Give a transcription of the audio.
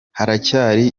haracyari